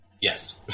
Yes